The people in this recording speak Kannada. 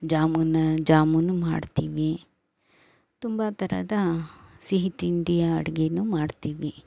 ಜಾಮೂನು ಜಾಮೂನೂ ಮಾಡ್ತೀವಿ ತುಂಬ ಥರದ ಸಿಹಿ ತಿಂಡಿಯ ಅಡಿಗೆನೂ ಮಾಡ್ತೀವಿ